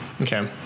Okay